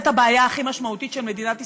הבעיה הכי משמעותית של מדינת ישראל.